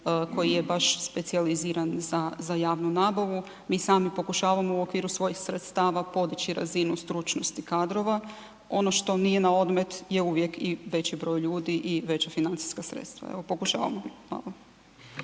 koji je baš specijaliziran za javnu nabavu. Mi sami pokušavamo u okviru svojih sredstava podići razinu stručnosti kadrova. Ono što nije na odmet je uvijek i veći broj ljudi i veća financijska sredstava. Evo pokušavamo.